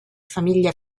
famiglia